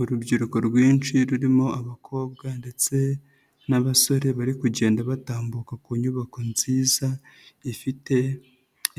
Urubyiruko rwinshi rurimo abakobwa ndetse n'abasore bari kugenda batambuka ku nyubako nziza ifite